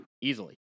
Easily